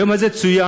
היום הזה צוין,